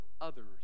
others